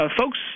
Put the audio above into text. folks